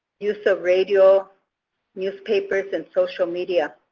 use of radio newspapers, and social media.